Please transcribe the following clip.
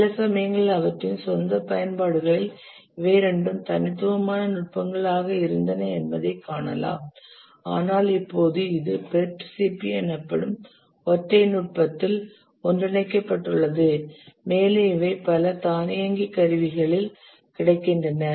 சில சமயங்களில் அவற்றின் சொந்த பயன்பாடுகளில் இவை இரண்டும் தனித்துவமான நுட்பங்கள் ஆக இருந்தன என்பதைக் காணலாம் ஆனால் இப்போது இது PERT CPM எனப்படும் ஒற்றை நுட்பத்தில் ஒன்றிணைக்கப்பட்டுள்ளது மேலும் இவை பல தானியங்கி கருவிகளில் கிடைக்கின்றன